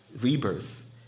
rebirth